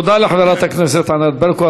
תודה לחברת הכנסת ענת ברקו.